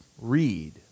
read